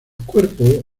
cuerpos